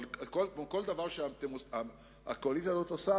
אבל כמו כל דבר שהקואליציה הזאת עושה,